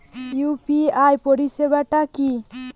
UPI পরিসেবাটা কি?